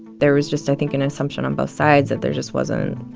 there was just, i think, an assumption on both sides that there just wasn't ah